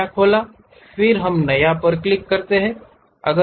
नया खोलें फिर हम नया पर क्लिक करते हैं